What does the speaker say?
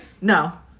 No